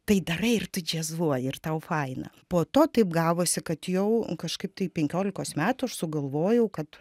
tai darai ir tu džiazuoji ir tau faina po to taip gavosi kad jau kažkaip tai penkiolikos metų aš sugalvojau kad